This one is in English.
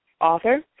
author